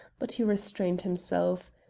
but he restrained himself.